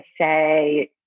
say